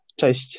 Cześć